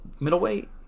middleweight